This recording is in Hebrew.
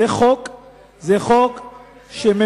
זה רק סעיף לש"ס,